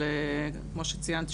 כמו שציינת,